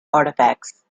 artefacts